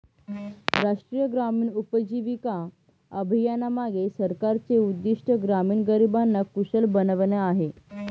राष्ट्रीय ग्रामीण उपजीविका अभियानामागे सरकारचे उद्दिष्ट ग्रामीण गरिबांना कुशल बनवणे आहे